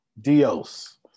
Dios